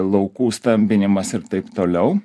laukų stambinimas ir taip toliau